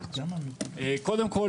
קודם כל,